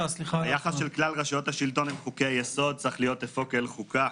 היחס של כלל רשויות השלטון אל חוקי היסוד צריך להיות אפוא כאל חוקה.